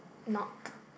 not